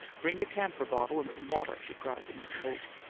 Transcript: bring your camphor bottle, and some water, she cried to mrs. holt.